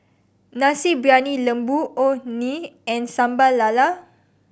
Nasi Briyani Lembu Orh Nee and Sambal Lala